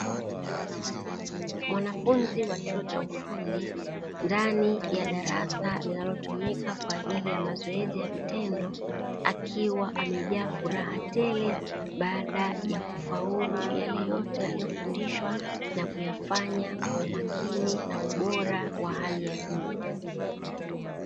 Mwanafunzi wa chuo cha ufundi ndani ya darasa linalotumika kwa ajili ya mazoezi kwa vitendo, akiwa amejaa furaha tele baada ya kufaulu yale yote aliyofundishwa, na kuyafanya kwa umakini na ubora wa hali ya juu.